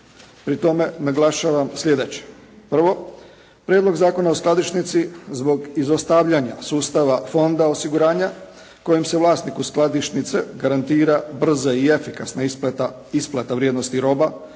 Pri tome naglašavam sljedeće: Prvo, Prijedlog Zakona o skladišnici zbog izostavljanja sustava fonda osiguranja kojim se vlasniku skladišnice garantira brza i efikasna isplata vrijednosti roba